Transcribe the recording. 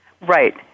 Right